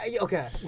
Okay